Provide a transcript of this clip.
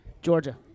Georgia